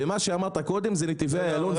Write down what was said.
מה שאמרת קודם זה נתיבי איילון,